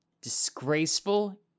disgraceful